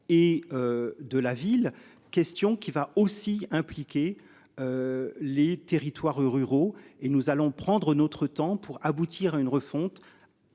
et. De la ville. Question qui va aussi impliquer. Les territoires ruraux et nous allons prendre notre temps pour aboutir à une refonte.